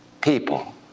People